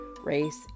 race